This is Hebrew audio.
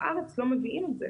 לארץ לא מביאים את זה.